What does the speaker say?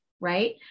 right